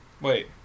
wait